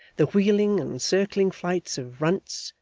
the wheeling and circling flights of runts,